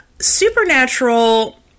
Supernatural